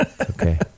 okay